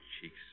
cheek's